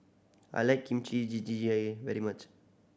I like Kimchi very much